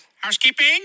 housekeeping